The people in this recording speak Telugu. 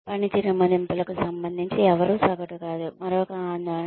పనితీరు మదింపులకు సంబంధించి ఎవరూ సగటు కాదు మరొక ఆందోళన